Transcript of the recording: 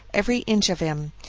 every inch of him.